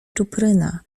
czupryna